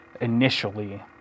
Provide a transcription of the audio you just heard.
initially